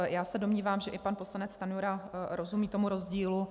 Já se domnívám, že i pan poslanec Stanjura rozumí tomu rozdílu.